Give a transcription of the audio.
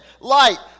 light